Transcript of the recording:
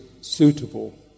suitable